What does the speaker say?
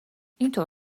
اینطور